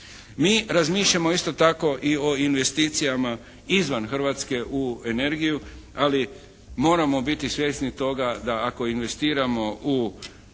Mi razmišljamo isto tako i o investicijama izvan Hrvatske u energiju. Ali moramo biti svjesni toga da ako investiramo u